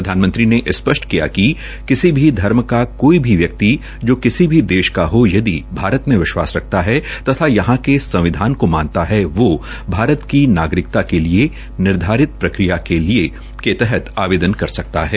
प्रधानमंत्री ने स्पष्ट किया कि किसी भी धर्म का कोई भी व्यक्ति जो किसी भी देश का हो यदि भारत में विश्वास रखता है तथा यहां के संविधान को मानता है वो भारत की नागरिकता के लिए निर्धारित प्रक्रिया के लिए आवेदन कर सकता है